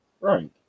Right